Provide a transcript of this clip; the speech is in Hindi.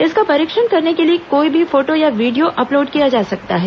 इसका परीक्षण करने के लिए कोई भी फोटो या वीडियो अपलोड किया जा सकता है